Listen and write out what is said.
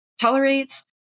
tolerates